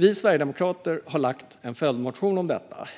Vi sverigedemokrater har skrivit en följdmotion om detta.